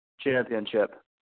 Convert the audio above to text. championship